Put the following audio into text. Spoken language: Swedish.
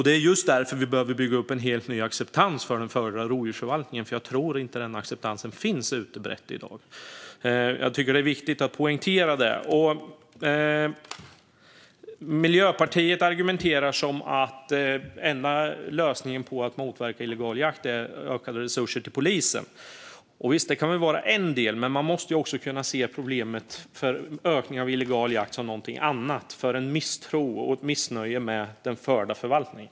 Det är just därför vi behöver bygga upp en helt ny acceptans för den förda rovdjursförvaltningen. Jag tror nämligen inte att den acceptansen finns utbrett i dag. Det är viktigt att poängtera det. Miljöpartiet argumenterar som att enda lösningen för att motverka illegal jakt är ökade resurser till polisen. Visst, det kan vara en del, men man måste också kunna se problemet med ökad illegal jakt som någonting annat, som en misstro mot och ett missnöje med den förda förvaltningen.